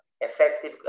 effective